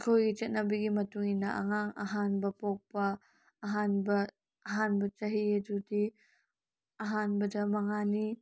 ꯑꯩꯈꯣꯏꯒꯤ ꯆꯠꯅꯕꯤꯒꯤ ꯃꯇꯨꯡ ꯏꯟꯅ ꯑꯉꯥꯡ ꯑꯍꯥꯟꯕ ꯄꯣꯛꯄ ꯑꯍꯥꯟꯕ ꯑꯍꯥꯟꯕ ꯆꯍꯤ ꯑꯗꯨꯒꯤ ꯑꯍꯥꯟꯕꯗ ꯃꯉꯥꯅꯤ